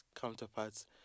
counterparts